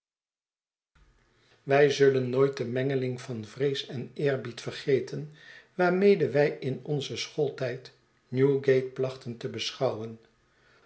wij zullen nooit de mengeling van vrees en eerbied vergeten waarmede wij in onzen schooltijd newgate plachten te beschouwen